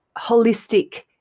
holistic